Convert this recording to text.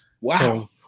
Wow